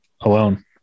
alone